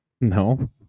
No